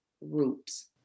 roots